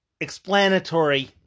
explanatory